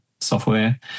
software